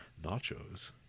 nachos